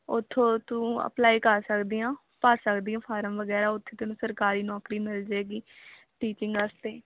ਉੱਥੋਂ ਤੂੰ ਅਪਲਾਈ ਕਰ ਸਕਦੀ ਆਂ ਭਰ ਸਕਦੀ ਆਂ ਫਾਰਮ ਵਗੈਰਾ ਉੱਥੇ ਤੈਨੂੰ ਸਰਕਾਰੀ ਨੌਕਰੀ ਮਿਲ ਜਾਏਗੀ ਟੀਚਿੰਗ ਵਾਸਤੇ